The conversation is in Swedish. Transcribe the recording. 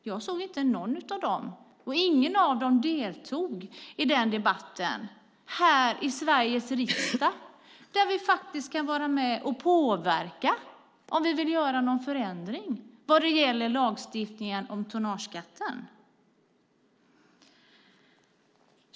Jag såg inte någon av dem, fru talman, och ingen av dem deltog i den debatten här i Sveriges riksdag där vi faktiskt ska vara med och påverka om vi vill göra någon förändring vad gäller lagstiftningen om tonnageskatten.